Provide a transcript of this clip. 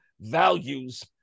values